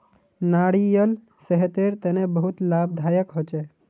नारियाल सेहतेर तने बहुत लाभदायक होछे